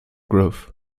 growth